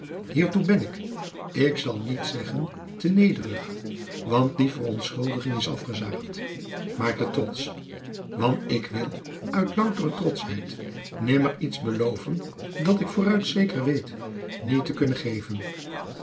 hiertoe ben ik ik zal niet zeggen te nederig want die verontschuldiging is afgezaagd maar te trotsch want ik wil uit loutere trotschheid nimmer iets beloven dat ik vooruit zeker weet niet te kunnen geven